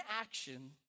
action